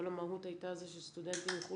אבל כל המהות הייתה שסטודנטים יוכלו